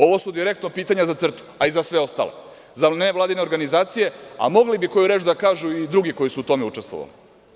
Ovo su direktno pitanja i za CRTU, a i za sve ostalo, za nevladine organizacije, a mogli bi koju reč da kažu i drugi koji su u tome učestvovali.